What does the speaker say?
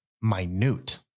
minute